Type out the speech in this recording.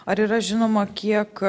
ar yra žinoma kiek